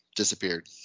Disappeared